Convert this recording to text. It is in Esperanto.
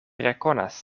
rekonas